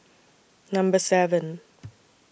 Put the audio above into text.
Number seven